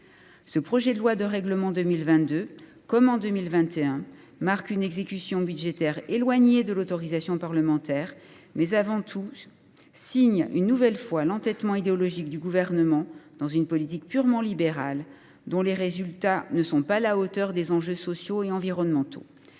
Ce projet de loi de règlement de l’année 2022, comme la version 2021, marque une exécution budgétaire éloignée de l’autorisation parlementaire. Il signe une nouvelle fois l’entêtement idéologique du Gouvernement dans une politique purement libérale dont les résultats ne sont pas à la hauteur des enjeux sociaux et environnementaux.